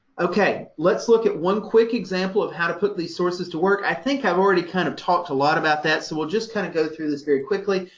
ok, let's look at one quick example of how to put these sources to work. i think i've already kind of talked a lot about that, so we'll just kind of go through this very quickly,